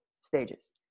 stages